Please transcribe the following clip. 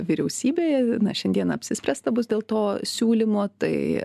vyriausybėje šiandien apsispręsta bus dėl to siūlymo tai